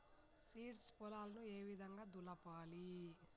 Seeds పొలాలను ఏ విధంగా దులపాలి?